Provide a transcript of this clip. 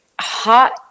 hot